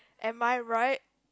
am I right